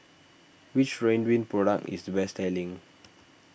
which Ridwind product is the best selling